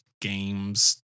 games